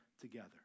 together